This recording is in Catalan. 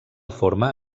forma